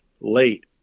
late